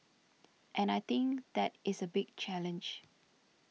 and I think that is a big challenge